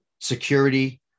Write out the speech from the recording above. security